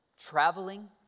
traveling